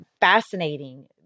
fascinating